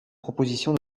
proposition